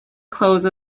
close